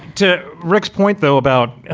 to rick's point, though, about,